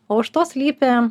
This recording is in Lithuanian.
o už to slypi